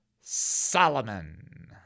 Solomon